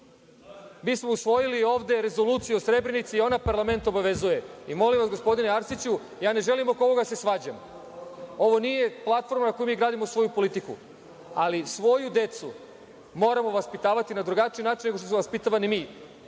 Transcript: smo usvojili ovde Rezoluciju o Srebrnici i ona parlament obavezuje i molim vas, gospodine Arsiću, ja ne želim oko ovoga da se svađam. Ovo nije platforma na kojoj mi gradimo svoju politiku, ali svoju decu moramo vaspitavati na drugačiji način nego što smo vaspitavani mi.